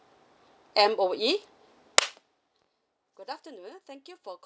M_O_E good afternoon thank you for